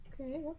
okay